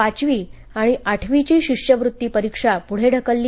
पाचवी आणि आठवीची शिष्यवृत्ती परीक्षा पूढे ढकलली